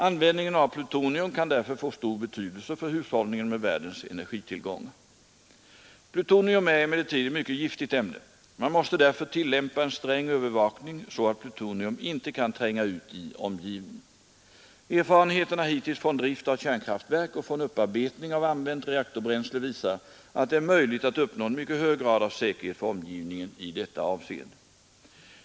Användningen av plutonium kan därför få stor betydelse för hushållningen med världens energitillgångar. Plutonium är emellertid ett mycket giftigt ämne. Man måste därför tillämpa en sträng övervakning så att plutonium inte kan tränga ut i omgivningen. Erfarenheterna hittills från drift av kärnkraftverk och från upparbetning av använt reaktorbränsle visar att det är möjligt att uppnå en mycket hög grad av säkerhet för omgivningen i detta avseende.